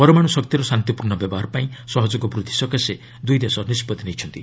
ପରମାଣୁ ଶକ୍ତିର ଶାନ୍ତିପୂର୍ଣ୍ଣ ବ୍ୟବହାର ପାଇଁ ସହଯୋଗ ବୃଦ୍ଧି ସକାଶେ ଦୂଇ ଦେଶ ନିଷ୍ପଭି ନେଇଛନ୍ତି